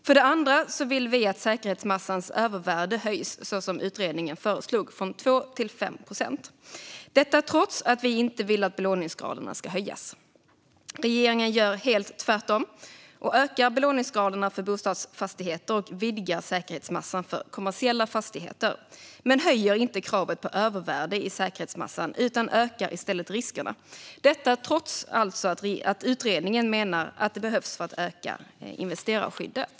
För det andra vill vi att säkerhetsmassans övervärde höjs, så som utredningen föreslog, från 2 till 5 procent, detta trots att vi inte vill att belåningsgraderna ska höjas. Regeringen gör helt tvärtom och ökar belåningsgraderna för bostadsfastigheter och vidgar säkerhetsmassan för kommersiella fastigheter men höjer inte kravet på övervärde i säkerhetsmassan utan ökar i stället riskerna. Detta görs trots att utredaren menade att det här behövs för att öka investerarskyddet.